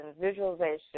visualization